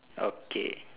okay